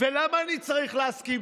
ולמה אני צריך להסכים?